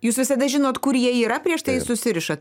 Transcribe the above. jūs visada žinot kur jie yra prieš tai susiriša